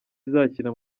izakina